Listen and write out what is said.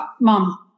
mom